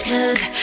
Cause